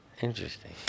Interesting